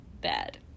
bad